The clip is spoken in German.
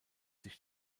sich